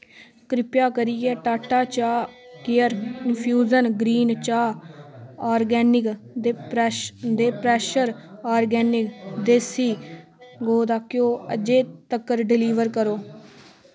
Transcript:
कृपा करियै टाटा चाह् केयर इन्फ्यूज़न ग्रीन चाह् ऑर्गेनिक दे फ्रैश दे फ्रैशर ऑर्गेनिक देसी गौ दा घ्यो अज्जै तक्कर डलीवर करो